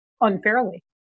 unfairly